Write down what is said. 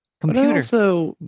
Computer